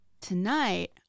tonight